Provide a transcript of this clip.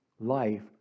life